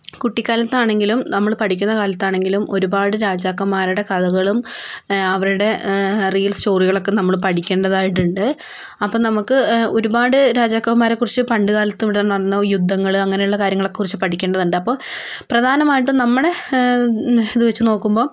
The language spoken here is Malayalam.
കുട്ടിക്കാലത്താണെങ്കിലും നമ്മൾ പഠിക്കുന്ന കാലത്താണെങ്കിലും ഒരുപാട് രാജാക്കൻമാരുടെ കഥകളും അവരുടെ റിയൽ സ്റ്റോറികളൊക്കെ നമ്മൾ പഠിക്കേണ്ടതായിട്ടുണ്ട് അപ്പോൾ നമുക്ക് ഒരുപാട് രാജാക്കന്മാരെക്കുറിച്ച് പണ്ടുകാലത്തിവിടെ നടന്ന യുദ്ധങ്ങൾ അങ്ങനെയുള്ള കാര്യങ്ങളെക്കുറിച്ച് പഠിക്കേണ്ടതുണ്ട് അപ്പോൾ പ്രധാനമായിട്ടും നമ്മൾ ഇതു വച്ച് നോക്കുമ്പോൾ